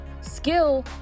skill